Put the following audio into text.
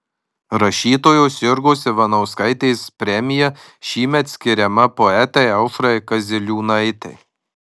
rašytojos jurgos ivanauskaitės premija šįmet skiriama poetei aušrai kaziliūnaitei